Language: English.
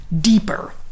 deeper